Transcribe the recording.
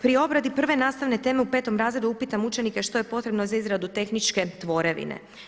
Pri obrade prve nastavne teme u 5. razredu upitam učenike što je potrebne za izradu tehničke tvorevine.